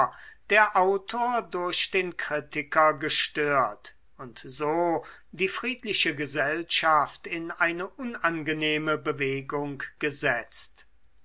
der autor durch den kritiker gestört und so die friedliche gesellschaft in eine unangenehme bewegung gesetzt